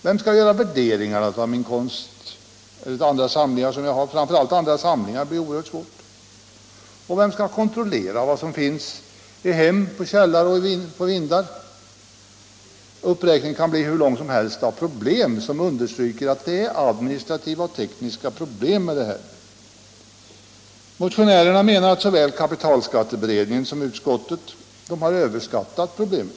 Vem skall göra värderingarna av min konst eller, framför allt, av andra samlingar som jag har? Det blir oerhört svårt. Vem skall kontrollera vad som finns i hemmen, i källare och på vindar? Uppräkningen kan bli hur lång som helst av frågor som understryker att det finns administrativa och tekniska problem förenade med en sådan beskattning. Motionärerna menar att såväl kapitalskatteberedningen som utskottet har överskattat problemen.